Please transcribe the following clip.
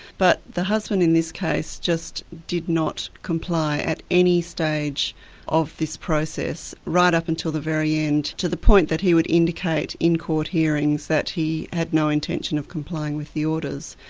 but the husband in this case just did not comply at any stage of this process, right up until the very end, to the point that he would indicate in court hearings that he had no intention of complying with the orders.